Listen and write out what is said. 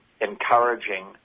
encouraging